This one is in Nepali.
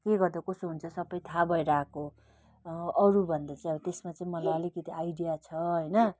के गर्दा कसो हुन्छ सबै थाहा भएर आएको हो अरू भन्दा चाहिँ अब त्यसमा चाहिँ मलाई अलिकति आइडिया छ होइन